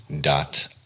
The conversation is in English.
dot